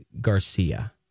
Garcia